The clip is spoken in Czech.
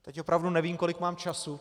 Teď opravdu nevím, kolik mám času.